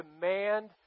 demand